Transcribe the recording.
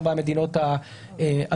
ארבע המדינות האדומות.